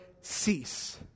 cease